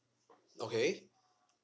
okay